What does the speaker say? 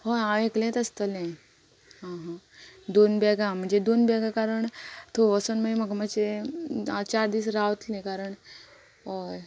हय हांव एकलेंच आसतलें हय हय दोन बॅगां म्हणजे दोन बॅगां कारण थंय वचोन मागीर म्हाका मातशे चार दीस रावतले कारण हय